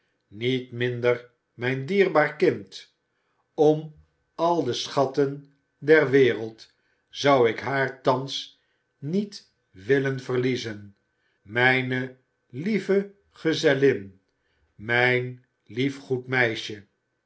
niet minder mijn dierbaar kind om al de schatten der wereld zou ik haar thans niet willen verliezen mijne lieve gezellin mijn lief goed meisje